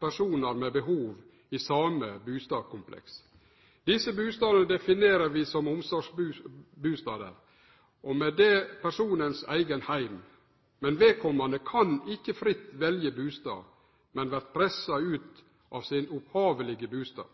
personar med behov i same bustadkompleks. Desse bustadene definerer vi som omsorgsbustader, og med det personens eigen heim, men vedkomande kan ikkje fritt velje bustad, men vert pressa ut av sin opphavlege bustad.